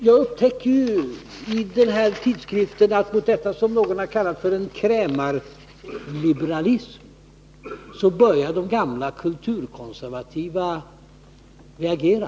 Jag upptäcker i den här tidskriften att mot det som någon har kallat för en krämarliberalism börjar de gamla kulturkonservativa reagera.